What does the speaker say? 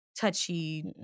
touchy